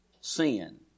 sin